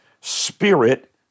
spirit